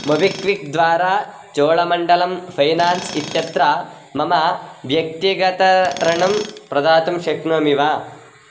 MobiKwik द्वारा Cholamandalam finance इत्यत्र मम व्यक्तिगतरणं प्रदातुं शक्नोमि वा